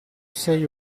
sei